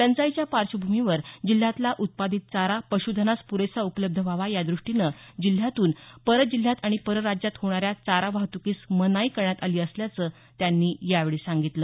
टंचाईच्या पार्श्वभूमीवर जिल्ह्यातला उत्पादीत चारा पश्धनास प्रेसा उपलब्ध व्हावा या द्रष्टीनं जिल्ह्यातून पर जिल्ह्यात आणि पर राज्यात होणाऱ्या चारा वाहत्कीस मनाई करण्यात आली असल्याचं त्यांनी यावेळी सांगितलं